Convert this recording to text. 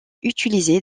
utilisés